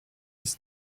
his